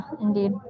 indeed